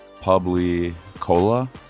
publicola